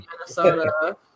Minnesota